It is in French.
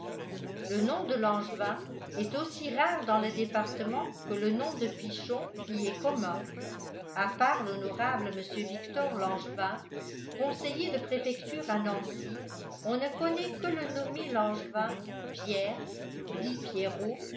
le nom de langevin est aussi rare dans le département que le nom de pichon y est commun à part l'honorable mr victor langevin conseiller de préfecture à nancy on ne connaît que le nommé langevin pierre dit pierrot